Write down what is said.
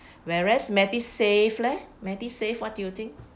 whereas MediSave leh MediSave what do you think